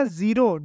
zero